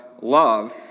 love